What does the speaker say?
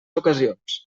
ocasions